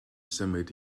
symud